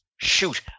Shoot